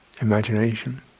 imagination